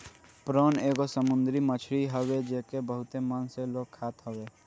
prawn एगो समुंदरी मछरी हवे जेके बहुते मन से लोग खात हवे